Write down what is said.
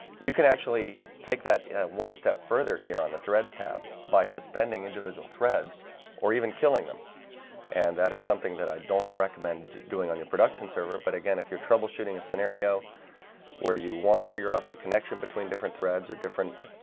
you can actually take that one step further here on the threads tab by suspending individual threads or even killing them and that is something that i don't recommend doing on your production server. but again if you're troubleshooting a scenario where you want to figure out the connection between different threads or different?